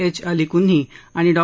H Alikunhi आणि डॉ